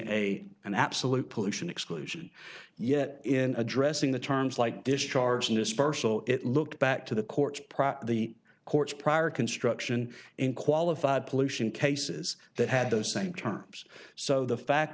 a and absolute pollution exclusion yet in addressing the terms like discharge and dispersal it looked back to the courts prot the courts prior construction and qualified pollution cases that had those same terms so the fact